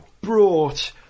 brought